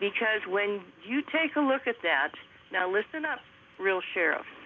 because when you take a look at that now listen up real sheriff